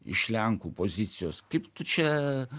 iš lenkų pozicijos kaip tu čia